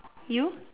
you